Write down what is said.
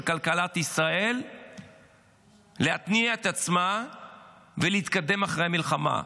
כלכלת ישראל להתניע את עצמה ולהתקדם אחרי המלחמה,